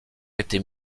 était